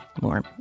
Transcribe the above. more